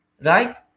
Right